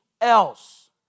else